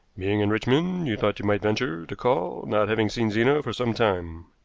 being in richmond, you thought you might venture to call, not having seen zena for some time.